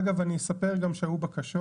אגב, אני אספר גם שהיו בקשות.